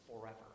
forever